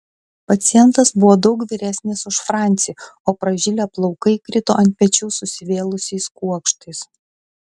pacientas buvo daug vyresnis už francį o pražilę plaukai krito ant pečių susivėlusiais kuokštais